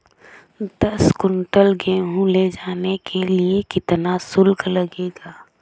दस कुंटल गेहूँ ले जाने के लिए कितना शुल्क लगेगा?